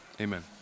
Amen